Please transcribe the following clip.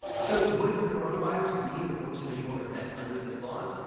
so would coronavirus be a force majeure event under this clause?